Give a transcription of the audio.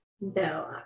No